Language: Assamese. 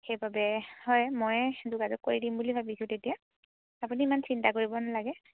সেইবাবে হয় ময়ে যোগাযোগ কৰি দিম বুলি ভাবিছোঁ তেতিয়া আপুনি ইমান চিন্তা কৰিব নালাগে